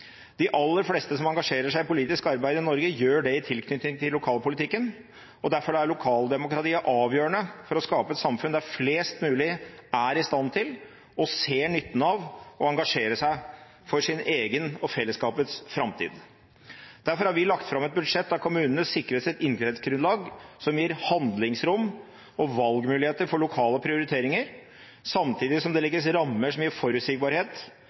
De aller fleste som engasjerer seg i politisk arbeid i Norge, gjør det i tilknytning til lokalpolitikken, og derfor er lokaldemokratiet avgjørende for å skape et samfunn der flest mulig er i stand til og ser nytten av å engasjere seg for sin egen og fellesskapets framtid. Derfor har vi lagt fram et budsjett der kommunene sikres et inntektsgrunnlag som gir handlingsrom og valgmuligheter for lokale prioriteringer, samtidig som det legges rammer som gir forutsigbarhet